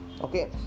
Okay